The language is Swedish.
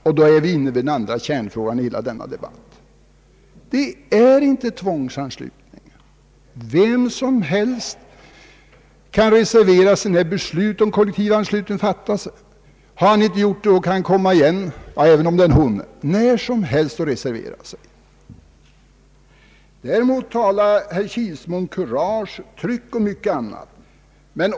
Och då är vi inne på den andra kärnfrågan i debatten. Det är inte tvångsanslutning. Vem som helst kan reservera sig när beslut om kollektivanslutning fattas. Gör han det inte då kan han — eller hon — återkomma när som helst och göra det. Herr Kilsmo talar om kurage, tryck och mycket annat.